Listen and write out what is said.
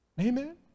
amen